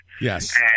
Yes